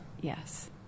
Yes